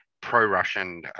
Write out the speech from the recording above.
pro-Russian